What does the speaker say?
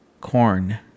corn